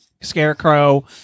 Scarecrow